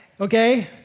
Okay